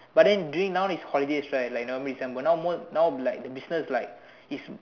but then during now is holidays right like normally December now more now be like the business like is